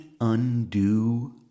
undo